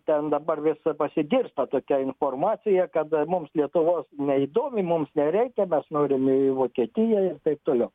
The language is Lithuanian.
ten dabar vis pasigirsta tokia informacija kad mums lietuvos neįdomi mums nereikia mes norim į vokietiją ir taip toliau